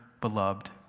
beloved